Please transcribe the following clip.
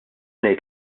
ngħid